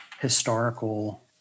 historical